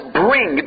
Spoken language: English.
bring